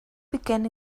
began